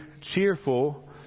cheerful